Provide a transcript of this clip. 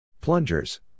Plungers